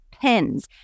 pins